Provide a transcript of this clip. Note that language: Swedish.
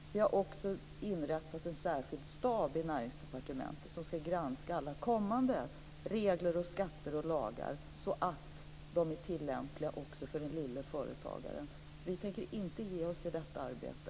Vi har också inrättat en särskild stab i Näringsdepartementet som skall granska alla kommande regler, skatter och lagar så att de är tillämpliga också för den lille företagaren. Vi tänker inte ge oss i detta arbete.